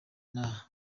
inaha